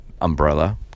umbrella